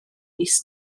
mis